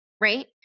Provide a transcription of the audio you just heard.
right